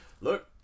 look